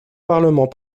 parlement